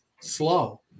slow